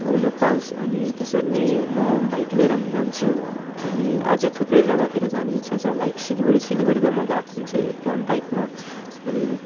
घुम्न पाओस् अनि त्यसरी नै म बाइक लिएर पनि जान्छु अनि अझै थुप्रै जग्गातिर जाने इच्छा छ लाइक सिलगढी सिलगढी त म गएको पनि छु एकताल बाइकमा अनि